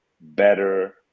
better